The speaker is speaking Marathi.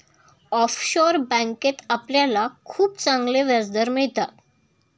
ऑफशोअर बँकेत आपल्याला खूप चांगले व्याजदर मिळतात